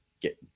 get